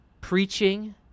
preaching